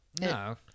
No